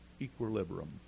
equilibrium